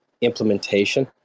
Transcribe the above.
implementation